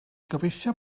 gobeithio